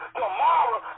tomorrow